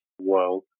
world